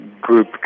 group